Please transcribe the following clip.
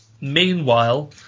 Meanwhile